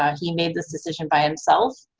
ah he made this decision by himself.